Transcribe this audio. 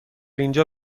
اینجا